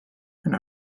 and